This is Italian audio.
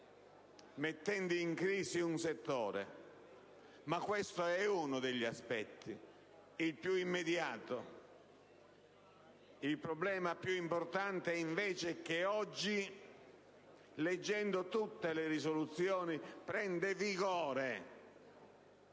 mettendo in crisi un settore. Ma questo è uno degli aspetti, il più immediato. Il problema più importante è invece che oggi, leggendo tutte le mozioni, prende vigore